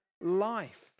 life